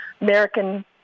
American